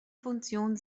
funktion